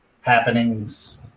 happenings